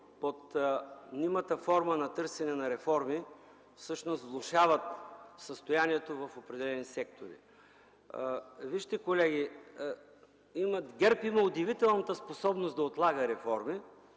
под мнимата форма на търсене на реформи всъщност влошават състоянието в определени сектори. Колеги, ГЕРБ има удивителната способност да отлага реформи